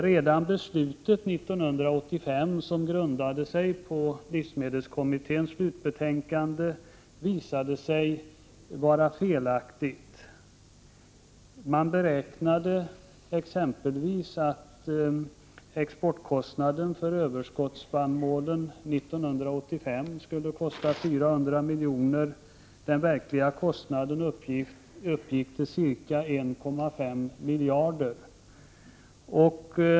Redan beslutet 1985, som grundade sig på livsmedelskommitténs slutbetänkande, visade sig vara felaktigt. Man beräknade exempelvis att exportkostnaden för överskottsspannmålen 1985 skulle vara 400 milj.kr. Den verkliga kostnaden uppgick till ca 1,5 miljarder.